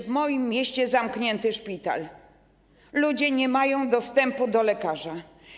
W moim mieście zamknięty szpital, ludzie nie mają dostępu do lekarza.